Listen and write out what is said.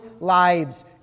lives